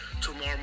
tomorrow